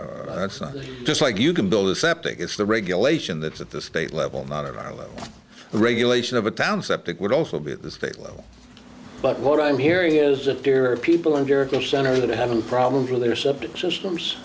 not it's not just like you can build a septic it's the regulation that's at the state level not at our level the regulation of a town septic would also be at the state level but what i'm hearing is that there are people in jericho center that are having problems with their septic systems